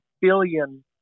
billion